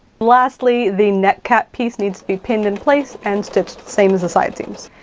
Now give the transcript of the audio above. lastly, the neck cap piece needs to be pinned in place and stitched, same as the side seams.